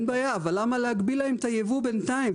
אין בעיה, אבל למה להגביל להם את הייבוא בינתיים?